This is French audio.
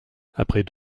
après